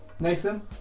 Nathan